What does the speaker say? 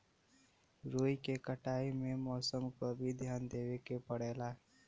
रुई के कटाई में मौसम क भी धियान देवे के पड़ेला